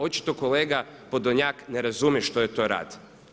Očito kolega Podolnjak ne razumije što je to rad.